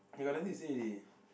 I got nothing to say already